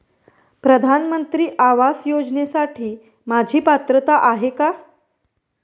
प्रधानमंत्री आवास योजनेसाठी माझी पात्रता आहे का?